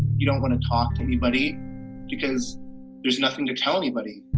you don't want to talk to anybody because there's nothing to tell anybody.